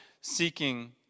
seeking